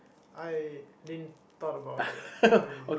I didn't thought about it lah really